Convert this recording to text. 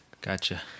Gotcha